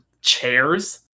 chairs